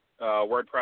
wordpress